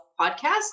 Podcast